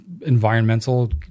environmental